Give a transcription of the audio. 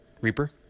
Reaper